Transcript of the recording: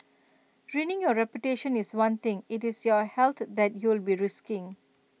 ruining your reputation is one thing IT is your health that you'll be risking